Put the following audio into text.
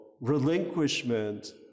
relinquishment